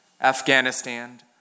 Afghanistan